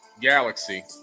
galaxy